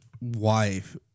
wife